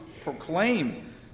proclaim